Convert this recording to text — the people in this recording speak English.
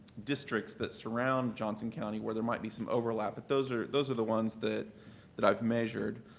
districts that surround johnson county where there might be some overlap, but those are those are the ones that that i've measured.